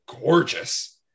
gorgeous